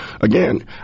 Again